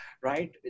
right